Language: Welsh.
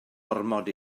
ormod